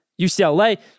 UCLA